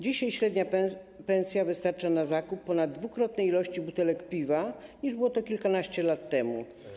Dzisiaj średnia pensja wystarcza na zakup ponaddwukrotnie większej ilości butelek piwa, niż było to kilkanaście lat temu.